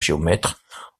géomètre